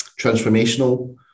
transformational